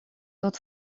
тот